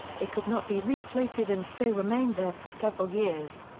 it could not be re-floated and so remained there for several years.